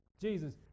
Jesus